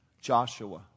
Joshua